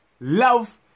love